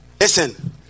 Listen